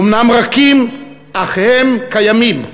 אומנם רכים, אך הם קיימים.